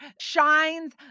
shines